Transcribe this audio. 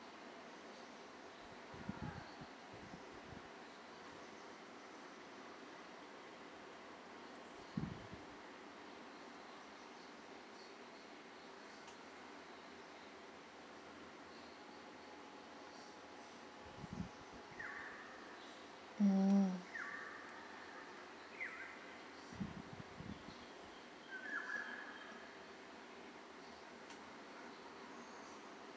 mm